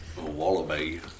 wallaby